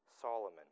Solomon